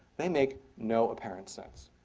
they make no apparent sense.